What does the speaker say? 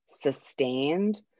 Sustained